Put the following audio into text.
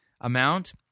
amount